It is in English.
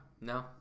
no